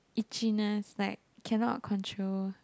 itchiness like cannot control